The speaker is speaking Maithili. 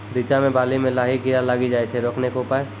रिचा मे बाली मैं लाही कीड़ा लागी जाए छै रोकने के उपाय?